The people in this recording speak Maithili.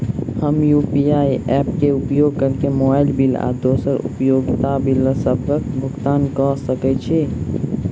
हम यू.पी.आई ऐप क उपयोग करके मोबाइल बिल आ दोसर उपयोगिता बिलसबक भुगतान कर सकइत छि